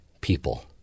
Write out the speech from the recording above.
people